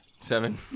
Seven